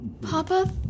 Papa